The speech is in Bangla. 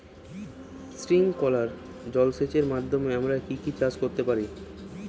স্প্রিংকলার জলসেচের মাধ্যমে আমরা কি কি চাষ করতে পারি?